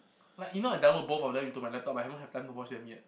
like even I download both of them into my laptop I haven't have time to watch them yet